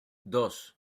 dos